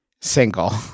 single